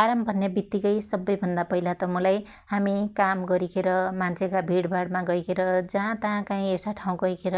आराम भन्या बित्तीकै सब्बै भन्दा पहिला त मुलाई हामि काम गरीखेर मान्छेका भिणभाणमा गैखेर जाता काइ यसा ठाँउर गैखेर